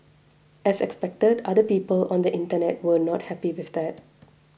as expected other people on the internet were not happy with that